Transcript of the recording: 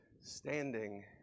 standing